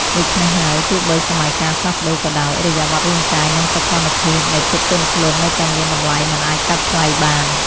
ដូច្នេះហើយ ទោះបីសម័យកាលផ្លាស់ប្តូរក៏ដោយ ឥរិយាបថរាងកាយ និងសោភ័ណភាពនៃភាពទន់ភ្លន់នៅតែមានតម្លៃមិនអាចកាត់ថ្លៃបាន។